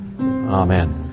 Amen